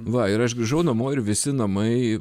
va ir aš grįžau namo ir visi namai